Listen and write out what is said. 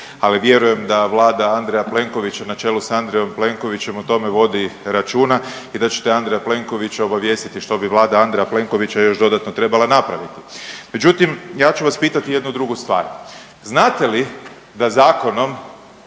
ali vjerujem da Vlada Andreja Plenkovića na čelu s Andrejom Plenkovićem o tome vodi računa i da ćete Andreja Plenkovića obavijestiti što bi Vlada Andreja Plenkovića još dodatno trebala napraviti. Međutim, ja ću vas pitati jednu drugu stvar, znate li da Zakonom